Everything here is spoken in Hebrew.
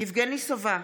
יבגני סובה,